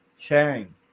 Sharing